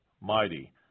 mighty